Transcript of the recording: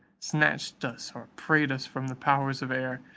snatched us or prayed us from the powers of air,